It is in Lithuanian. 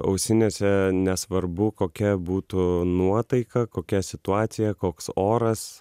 ausinėse nesvarbu kokia būtų nuotaika kokia situacija koks oras